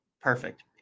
perfect